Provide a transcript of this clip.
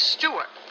Stewart